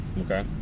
Okay